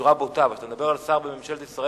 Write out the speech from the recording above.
בצורה בוטה, אבל כשאתה מדבר על שר בממשלת ישראל,